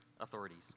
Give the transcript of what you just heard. authorities